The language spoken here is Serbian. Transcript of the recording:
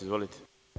Izvolite.